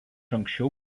anksčiau